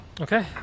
Okay